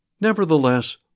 Nevertheless